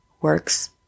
works